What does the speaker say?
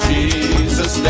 Jesus